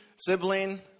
sibling